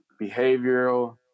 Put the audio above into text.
behavioral